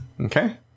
Okay